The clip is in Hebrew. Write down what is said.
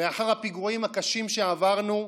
לאחר הפיגועים הקשים שעברנו,